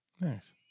Nice